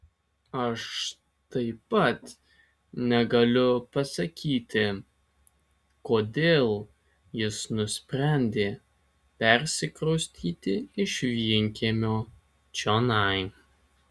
aš taip pat negaliu pasakyti kodėl jis nusprendė persikraustyti iš vienkiemio čionai